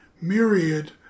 myriad